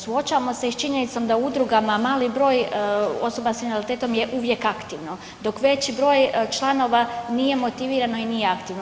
Suočavamo se i s činjenicom da u udrugama mali broj osoba s invaliditetom je uvijek aktivno, dok veći broj članova nije motivirano i nje aktivno.